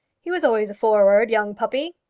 he was always a forward young puppy.